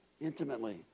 intimately